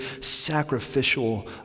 sacrificial